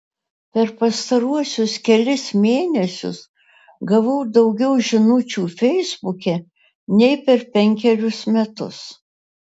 per pastaruosius kelis mėnesius gavau daugiau žinučių feisbuke nei per penkerius metus